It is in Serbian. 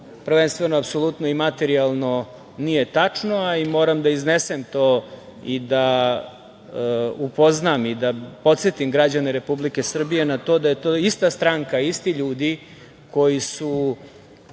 prvenstveno apsolutno i materijalno nije tačno, a i moram da iznesem to i da upoznam i da podsetim građane Republike Srbije na to da je to ista stranka, isti ljudi koji su